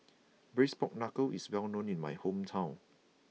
Braised Pork Knuckle is well known in my hometown